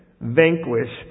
vanquished